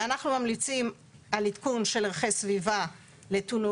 אנחנו ממליצים על עדכון של ערכי סביבה לטולואן,